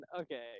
okay